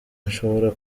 nshobora